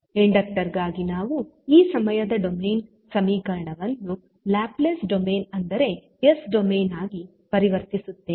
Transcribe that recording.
inductor ಗಾಗಿ ನಾವು ಈ ಸಮಯದ ಡೊಮೇನ್ ಸಮೀಕರಣವನ್ನು ಲ್ಯಾಪ್ಲೇಸ್ ಡೊಮೇನ್ ಅಂದರೆ ಎಸ್ ಡೊಮೇನ್ ಆಗಿ ಪರಿವರ್ತಿಸುತ್ತೇವೆ